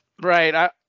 Right